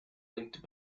linked